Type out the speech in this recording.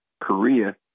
Korea